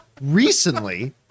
recently